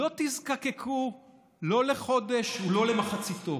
לא תזדקקו לא לחודש ולא למחציתו.